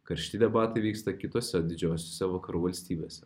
karšti debatai vyksta kitose didžiosiose vakarų valstybėse